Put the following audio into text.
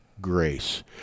grace